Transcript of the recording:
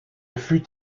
fut